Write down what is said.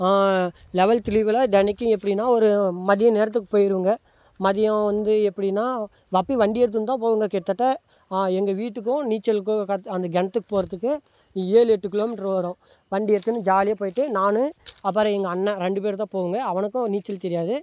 eleventh லீவில் தினைக்கும் எப்படின்னால் ஒரு மதிய நேரத்துக்கு போய்டுவேங்க மதியம் வந்து எப்படின்னால் அப்பயும் வண்டி எடுத்து வந்து தான் போவேங்க கிட்டத்தட்ட எங்கள் வீட்டுக்கும் நீச்சலுக்கும் அந்த கிணத்துக்கு போகிறதுக்கு ஏழு எட்டு கிலோமீட்டரு வரும் வண்டி எடுத்துன்னு ஜாலியாக போய்விட்டு நான் அப்புறம் எங்கள் அண்ணன் ரெண்டு பேர் தான் போவோங்க அவனுக்கும் நீச்சல் தெரியாது